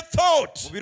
thoughts